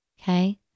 Okay